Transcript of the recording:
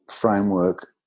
framework